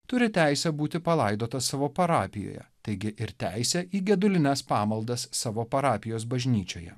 turi teisę būti palaidotas savo parapijoje taigi ir teisę į gedulines pamaldas savo parapijos bažnyčioje